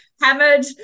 hammered